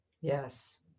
Yes